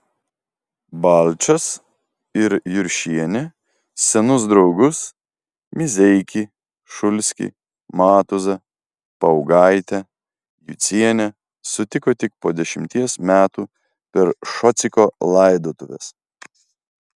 balčas ir juršienė senus draugus mizeikį šulskį matuzą paugaitę jucienę sutiko tik po dešimties metų per šociko laidotuves